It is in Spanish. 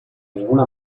ninguna